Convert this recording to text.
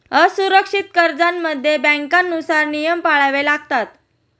असुरक्षित कर्जांमध्ये बँकांनुसार नियम पाळावे लागतात